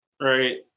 Right